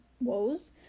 woes